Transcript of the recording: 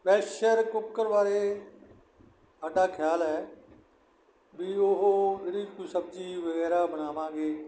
pressure cooker ਬਾਰੇ ਸਾਡਾ ਖਿਆਲ ਹੈ ਵੀ ਉਹ ਜਿਹੜੀ ਕੋਈ ਸਬਜ਼ੀ ਵਗੈਰਾ ਬਣਾਵਾਂਗੇ